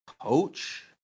Coach